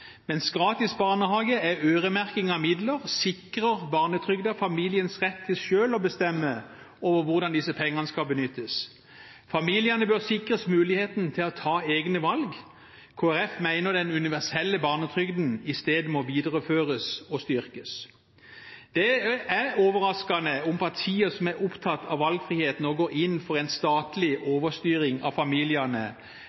Mens gratis barnehage er øremerking av midler, sikrer barnetrygden familiens rett til selv å bestemme over hvordan disse pengene skal benyttes. Familiene bør sikres muligheten til å ta egne valg. Kristelig Folkeparti mener den universelle barnetrygden i stedet må videreføres og styrkes. Det er overraskende om partier som er opptatt av valgfrihet, nå går inn for en statlig